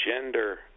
gender